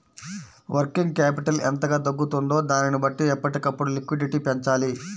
working capital ఎంతగా తగ్గుతుందో దానిని బట్టి ఎప్పటికప్పుడు లిక్విడిటీ పెంచాలి